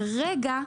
כרגע,